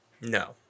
No